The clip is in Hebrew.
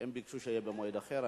הם ביקשו שיהיה במועד אחר.